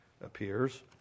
appears